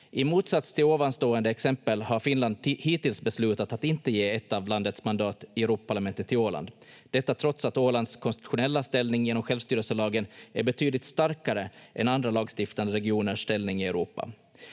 I motsats till ovanstående exempel har Finland hittills beslutat att inte ge ett av landets mandat i Europaparlamentet till Åland, detta trots att Ålands konstitutionella ställning genom självstyrelselagen är betydligt starkare än andra lagstiftande regioners ställning i Europa.